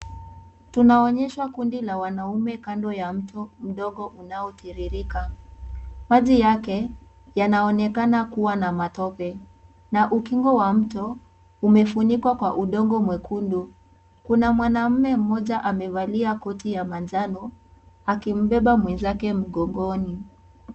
Tunaonyeshwa kundi la wanaume kando ya mto mdogo unaotiririka. Maji yake yanaonekana kuwa na matope na ukingo wa mto umefunikwa kwa udogo mwekundu. Kuna mwanaume mmoja amevalia koti ya majano akimbeba mwenzake mgongoni.